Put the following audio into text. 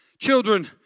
Children